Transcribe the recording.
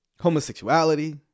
homosexuality